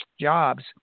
jobs